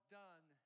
done